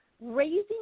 raising